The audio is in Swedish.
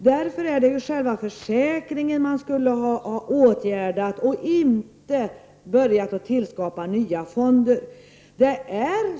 Därför är det själva försäkringen man borde åtgärda i stället för att tillskapa nya fonder.